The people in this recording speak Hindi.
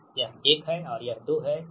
यह 1 है और यह 2 है